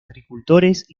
agricultores